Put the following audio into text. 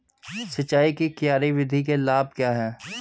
सिंचाई की क्यारी विधि के लाभ क्या हैं?